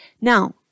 Now